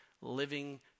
living